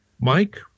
Mike